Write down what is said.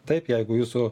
taip jeigu jūsų